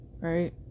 right